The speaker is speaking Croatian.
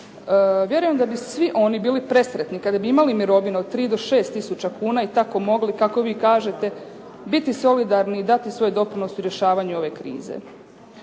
Vjerujem da bi svi oni bili presretni kad bi imali mirovinu od 3 do 6 tisuća kuna i tako mogli kako vi kažete bili solidarni i dati svoj doprinos u rješavanju ove krize.